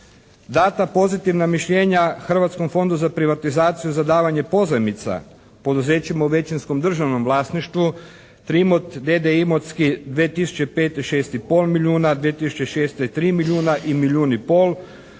Dana pozitivna mišljenja Hrvatskom fondu za privatizaciju za davanje pozajmica poduzećima u većinskom državnom vlasništvu "Trimot" d.d. Imotski 2005. 6,5 milijuna, 2006. 3 milijuna i milijun i pol,